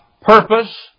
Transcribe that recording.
purpose